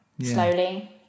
slowly